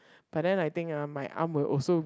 but then I think ah my arm will also